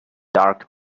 dark